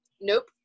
Nope